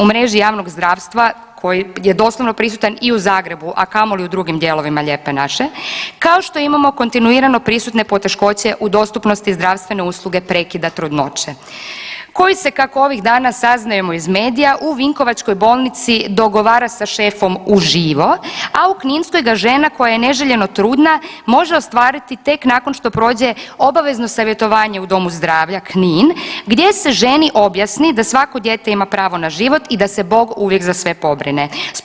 U mreži javnog zdravstva koji je doslovno prisutan i u Zagrebu, a kamoli u drugim dijelovima Lijepe naše, kao što imamo kontinuirano prisutne poteškoće u dostupnosti zdravstvene usluge prekida trudnoće koji se kako ovih dana saznajemo iz medijima u Vinkovačkoj bolnici dogovara sa šefom u živo, a u Kninskoj ga žena koja je neželjeno trudna može ostvariti tek nakon što prođe obavezno savjetovanje u domu zdravlja Knin gdje se ženi objasni da svako dijete ima pravo na život i da se Bog uvijek za sve pobrine.